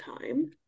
time